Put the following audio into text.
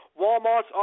Walmart's